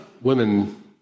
women